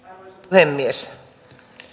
puhemies